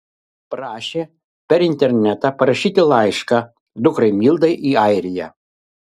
prašė per internetą parašyti laišką dukrai mildai į airiją